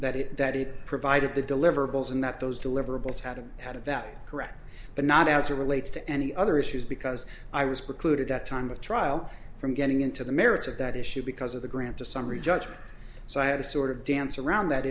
it that it provided the deliverables and that those deliverables had had a value correct but not as it relates to any other issues because i was precluded at time of trial from getting into the merits of that issue because of the grant of summary judgment so i had a sort of dance around that